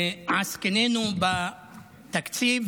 עסקינן בתקציב